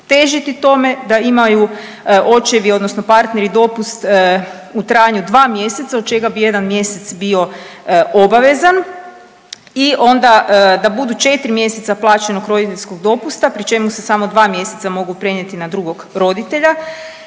težiti tome da imaju očevi odnosno partneri dopust u trajanju od dva mjeseca od čega bi jedan mjesec bio obavezan i onda da budu 4 mjeseca plaćenog roditeljskog dopusta pri čemu se samo dva mjeseca mogu prenijeti na drugog roditelja.